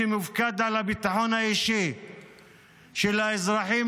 שמופקד על הביטחון האישי של האזרחים,